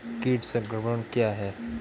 कीट संक्रमण क्या है?